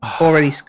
already